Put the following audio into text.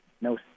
no